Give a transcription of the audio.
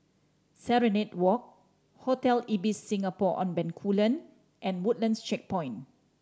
Serenade Walk Hotel Ibis Singapore On Bencoolen and Woodlands Checkpoint